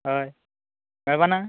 हय मेळपाना